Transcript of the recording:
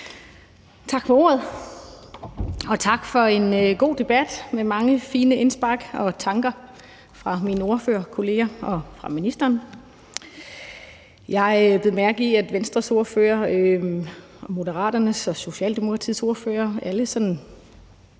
Tak for ordet, og tak for en god debat med mange fine indspark og tanker fra mine ordførerkolleger og fra ministeren. Jeg bed mærke i, at Venstres ordfører, Moderaternes ordfører og Socialdemokratiets ordfører mellem